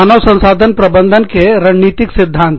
मानव संसाधन प्रबंधन के रणनीतिक सिद्धांत